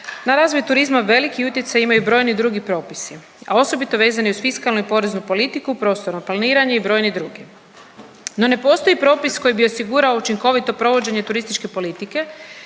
na razvoj turizma veliki utjecaj imaju brojni drugi propisi, a osobito vezani uz fiskalnu i poreznu politiku, prostorno planiranje i brojni drugi. No, ne postoji propis koji bi osigurao učinkovito provođenje turističke politike